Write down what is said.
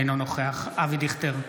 אינו נוכח אבי דיכטר,